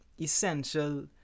essential